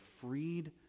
freed